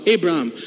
Abraham